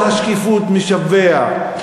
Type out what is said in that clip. חוסר השקיפות משווע,